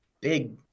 big